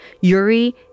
Yuri